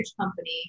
company